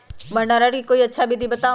भंडारण के कोई अच्छा विधि बताउ?